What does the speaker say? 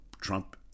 Trump